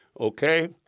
Okay